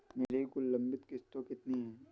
मेरी कुल लंबित किश्तों कितनी हैं?